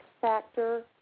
factor